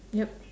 yup